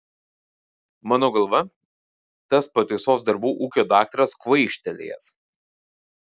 mano galva tas pataisos darbų ūkio daktaras kvaištelėjęs